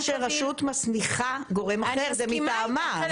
גם כאשר רשות מסמיכה גורם אחר, זה מטעמה.